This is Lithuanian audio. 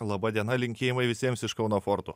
laba diena linkėjimai visiems iš kauno forto